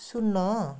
ଶୂନ